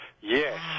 Yes